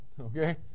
okay